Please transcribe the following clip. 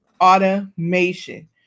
automation